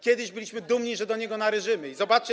Kiedyś byliśmy dumni, że do niego należymy, i zobaczcie.